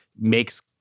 makes